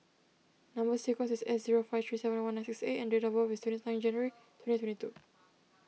Number Sequence is S zero five three seven one nine six A and date of birth is twenty nine January twenty twenty two